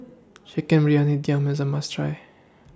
Chicken Briyani Dum IS A must Try